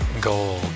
gold